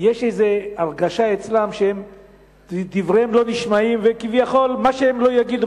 יש אצלם איזו הרגשה שדבריהם לא נשמעים ושכביכול מה שהם לא יגידו,